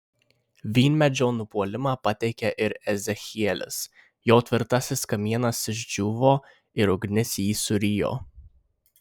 vynmedžio nupuolimą pateikia ir ezechielis jo tvirtasis kamienas išdžiūvo ir ugnis jį surijo